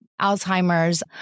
Alzheimer's